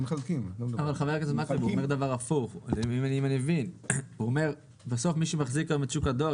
אם אני מבין הוא אומר שבסוף מי שמחזיק את שוק הדואר,